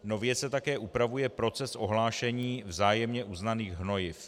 Nově se také upravuje proces ohlášení vzájemně uznaných hnojiv.